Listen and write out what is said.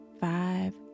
five